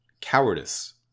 cowardice